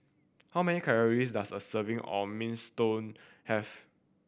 how many calories does a serving of Minestrone have